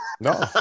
no